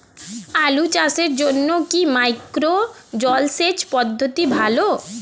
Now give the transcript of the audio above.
আলু চাষের জন্য কি মাইক্রো জলসেচ পদ্ধতি ভালো?